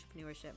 entrepreneurship